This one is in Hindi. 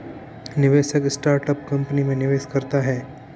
निवेशक स्टार्टअप कंपनी में निवेश करता है